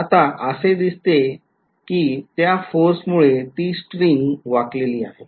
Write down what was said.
तर आता असे दिसत आहे कि त्या फोर्समुळे ती स्ट्रिंग वाकलेली आहे